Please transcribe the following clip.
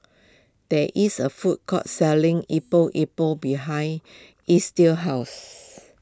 there is a food court selling Epok Epok behind Estill's house